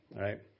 right